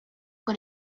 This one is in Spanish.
con